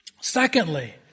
Secondly